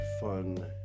fun